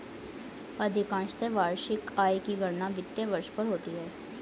अधिकांशत वार्षिक आय की गणना वित्तीय वर्ष पर होती है